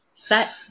set